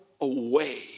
away